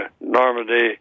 Normandy